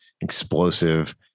explosive